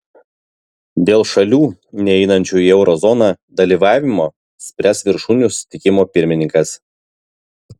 dėl šalių neįeinančių į euro zoną dalyvavimo spręs viršūnių susitikimo pirmininkas